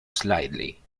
slightly